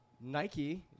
Nike